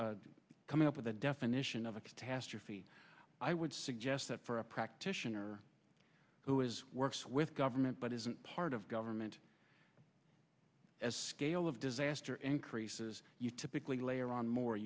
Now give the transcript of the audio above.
disk coming up with a definition of a catastrophe i would suggest that for a practitioner who is works with government but isn't part of government as scale of disaster increases you typically layer on more